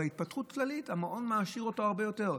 אבל להתפתחות הכללית, המעון מעשיר אותו הרבה יותר.